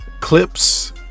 clips